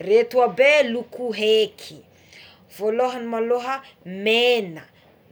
Ireto abe é loko eky voalohany maloha mena,